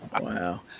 Wow